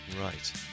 right